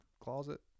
Closet